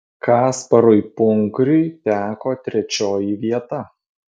kasparui punkriui teko trečioji vieta